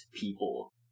people